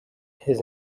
his